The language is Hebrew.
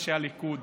הליכוד: